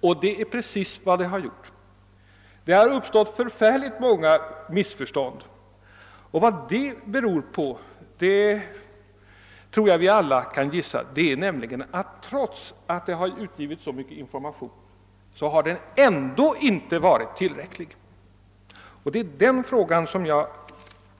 Ja, det är precis vad det har gjort — det har uppstått en mängd missförstånd. Och vad detta beror på tror jag att vi alla kan gissa. Informationen har nämligen inte, trots att den haft en sådan omfattning, varit tillräcklig. Det är denna fråga som